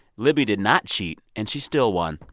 libby did not cheat, and she still won.